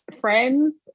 friends